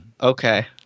Okay